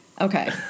Okay